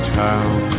town